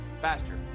faster